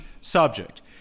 subject